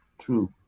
true